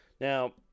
Now